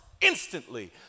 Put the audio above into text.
instantly